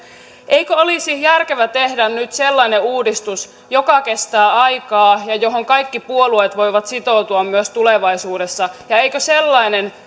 eikö olisi järkevää tehdä nyt sellainen uudistus joka kestää aikaa ja johon kaikki puolueet voivat sitoutua myös tulevaisuudessa ja eikö sellainen